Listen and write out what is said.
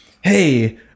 hey